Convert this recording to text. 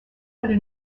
under